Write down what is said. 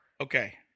okay